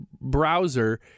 browser